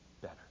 better